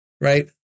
right